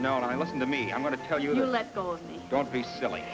no no i listen to me i'm going to tell you let go of me don't be silly